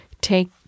take